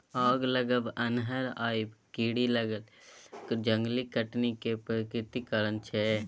आगि लागब, अन्हर आएब, कीरी लागब जंगलक कटनी केर प्राकृतिक कारण छै